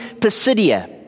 Pisidia